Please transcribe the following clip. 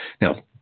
Now